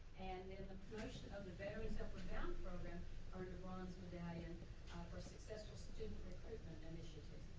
and there's a push of the various upward bound program earned a bronze medallion um for successful student recruitment initiatives.